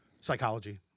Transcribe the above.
Psychology